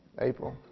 April